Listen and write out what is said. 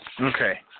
Okay